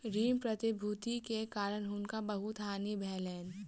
ऋण प्रतिभूति के कारण हुनका बहुत हानि भेलैन